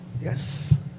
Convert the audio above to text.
yes